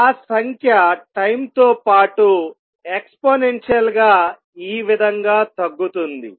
ఆ సంఖ్య టైం తో పాటు ఎక్సపోనెన్షియల్ గా ఈ విధంగా తగ్గుతుంది